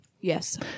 Yes